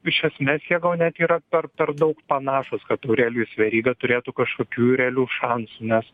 iš esmės jie gal net yra per per daug panašūs kad aurelijus veryga turėtų kažkokių realių šansų nes